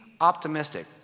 optimistic